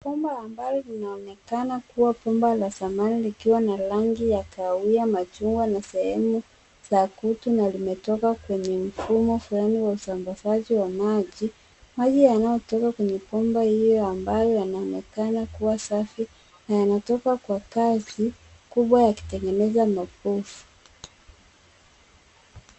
Bomba ambalo linaonekana kuwa bomba la zamani likiwa na rangi ya kahawia machungwa na sehemu za kutu na limetoka kwenye mfumo flani wa usambazaji wa maji. Maji yanayotoka kwenye bomba iyo ambayo yanaonekana kuwa safi na yanatoka kwa kasi kubwa yakitengeneza mapofu.